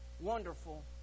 wonderful